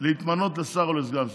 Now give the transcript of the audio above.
כנורבגי להתמנות לשר או לסגן שר.